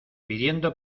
pidiendo